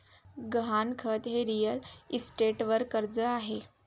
गहाणखत हे रिअल इस्टेटवर कर्ज आहे